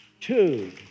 two